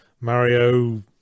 Mario